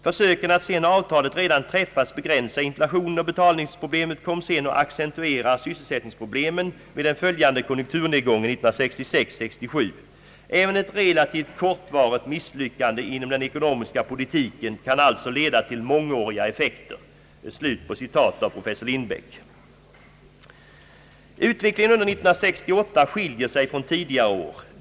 Försöken att sedan avtalet redan träffats begränsa inflationen och = betalningsbalansproblemen kom sedan att accentuera syselsättningsproblemen vid den följande konjunkturnedgången 1966—067. Även ett relativt kortvarigt misslyckande inom den ekonomiska politiken kan alltså leda till mångåriga effekter.» Utvecklingen under 1968 skiljer sig från tidigare år.